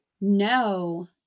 No